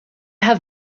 have